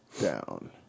down